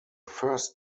first